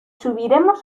subiremos